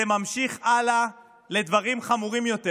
זה ממשיך הלאה לדברים חמורים יותר.